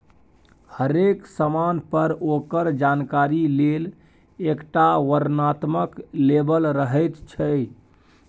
हरेक समान पर ओकर जानकारी लेल एकटा वर्णनात्मक लेबल रहैत छै